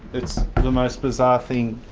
it's the most bizarre thing.